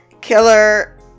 killer